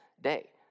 day